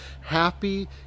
happy